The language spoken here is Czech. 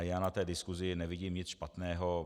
Já na té diskusi nevidím nic špatného.